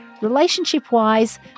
Relationship-wise